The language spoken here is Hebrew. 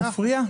הוא מפריע?